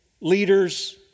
leaders